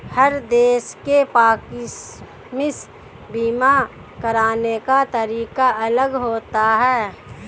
हर देश के आकस्मिक बीमा कराने का तरीका अलग होता है